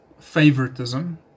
favoritism